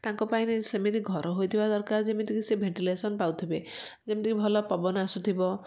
ତାଙ୍କ ପାଇଁ ସେମିତି ଘର ହୋଇଥିବା ଦରକାର ଯେମିତିକି ସେ ଭେଣ୍ଟିଲେସନ୍ ପାଉଥିବେ ଯେମିତି କି ଭଲ ପବନ ଆସୁଥିବ